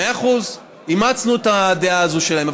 מאה אחוז, אימצנו את הדעה הזו שלהם.